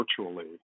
virtually